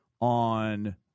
on